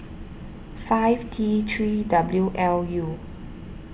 five T three W L U